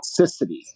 toxicity